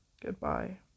Goodbye